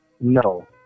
No